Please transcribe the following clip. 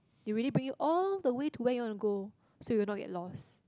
they really bring you all the way to where you want to go so you won't get lost